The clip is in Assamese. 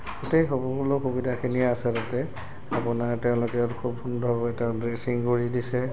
গোটেই সৰ্বমূলক সুবিধাখিনিয়ে আছে তাতে আপোনাৰ তেওঁলোকে খুব সুন্দৰভাৱে তেওঁক ড্ৰেছিং কৰি দিছে